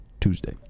Tuesday